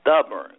stubborn